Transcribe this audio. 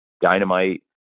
dynamite